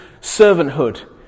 servanthood